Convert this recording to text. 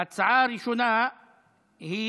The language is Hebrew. ההצעה הראשונה היא